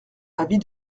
avis